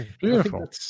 Beautiful